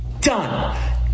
Done